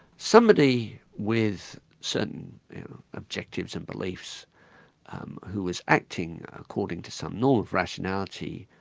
somebody with certain objectives and beliefs who was acting according to some norm of rationality,